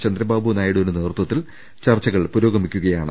ചന്ദ്രബാബു നായിഡുവിന്റെ നേതൃത്വത്തിൽ ചർച്ചകൾ പുരോഗമിക്കുകയാണ്